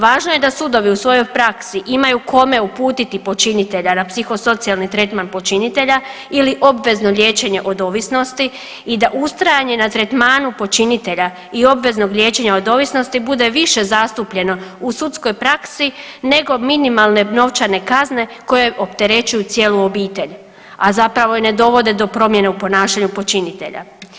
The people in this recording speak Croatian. Važno je da sudovi u svojoj praksi imaju kome uputiti počinitelja na psihosocijalni tretman počinitelja ili obvezno liječenje od ovisnosti i da ustrajanje na tretmanu počinitelja i obveznog liječenja od ovisnosti bude više zastupljeno u sudskoj praksi nego minimalne novčane kazne koje opterećuju cijelu obitelj, a zapravo je ne dovode do promjene u ponašanju počinitelja.